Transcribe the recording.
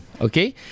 Okay